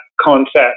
concept